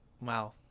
wow